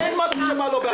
אין משהו שבא לא בהסכמה.